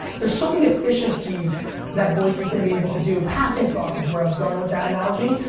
there's so many efficiencies that voice is gonna be able to do. passing thoughts is where i was going with that analogy.